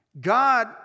God